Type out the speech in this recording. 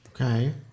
Okay